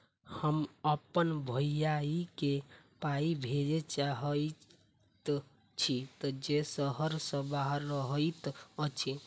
हम अप्पन भयई केँ पाई भेजे चाहइत छि जे सहर सँ बाहर रहइत अछि